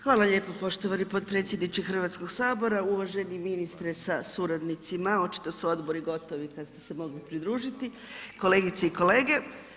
Hvala lijepo poštovani potpredsjedniče Hrvatskog sabora, uvaženi ministre sa suradnicima, očito su odbori gotovi kad ste se mogli pridružiti, kolegice i kolege.